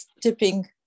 tipping